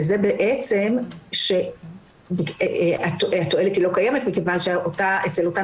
וזה בעצם כשהתועלת לא קיימת מכיוון שאצל אותן